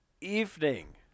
evening